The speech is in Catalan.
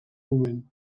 moment